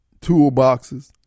toolboxes